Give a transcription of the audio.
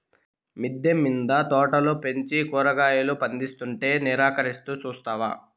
మిద్దె మింద తోటలు పెంచి కూరగాయలు పందిస్తుంటే నిరాకరిస్తూ చూస్తావా